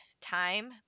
time